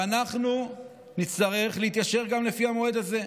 ואנחנו נצטרך להתיישר גם לפי המועד הזה.